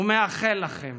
ומאחל לכם,